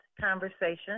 conversation